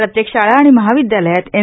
प्रत्येक शाळा आणि महाविद्यालयात एन